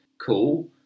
cool